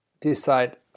decide